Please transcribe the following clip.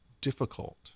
difficult